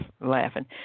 laughing